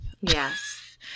Yes